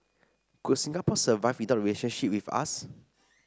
could Singapore survive without the relationship with us